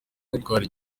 gutwara